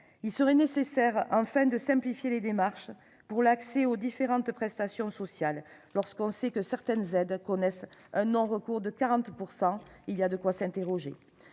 il serait nécessaire de simplifier les démarches pour l'accès aux différentes prestations sociales. Quand on sait que, pour certaines aides, le taux de non-recours atteint 40 %, il y a de quoi s'interroger.